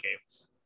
games